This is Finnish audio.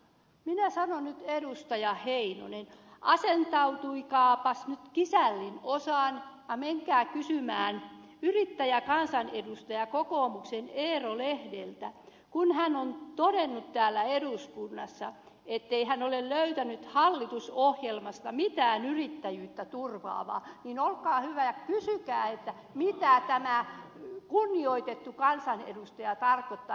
minä sanon nyt edustaja heinonen että asettautukaapas nyt kisällin osaan ja menkää kysymään kokoomuksen yrittäjäkansanedustajalta eero lehdeltä kun hän on todennut täällä eduskunnassa ettei hän ole löytänyt hallitusohjelmasta mitään yrittäjyyttä turvaavaa olkaa hyvä ja kysykää mitä tämä kunnioitettu kansanedustaja tarkoittaa